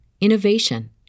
innovation